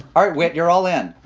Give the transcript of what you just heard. art, when you're all in.